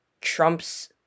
Trump's